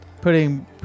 putting